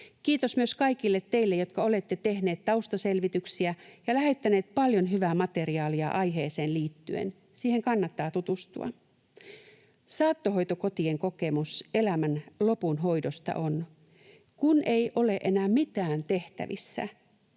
Kiitos myös kaikille teille, jotka olette tehneet taustaselvityksiä ja lähettäneet paljon hyvää materiaalia aiheeseen liittyen. Siihen kannattaa tutustua. Saattohoitokotien kokemus elämän lopun hoidosta on: kun ei ole enää mitään tehtävissä,